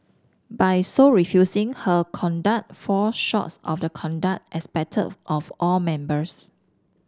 by so refusing her conduct fall shorts of the conduct expected of all members